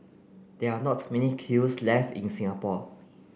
there are not many kilns left in Singapore